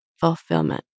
fulfillment